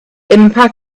impact